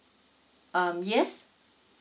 um yes